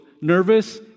nervous